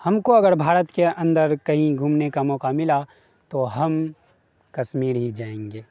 ہم کو اگر بھارت کے اندر کہیں گھومنے کا موقع ملا تو ہم کشیر ہی جائیں گے